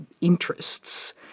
interests